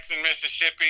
Mississippi